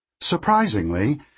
Surprisingly